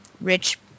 Rich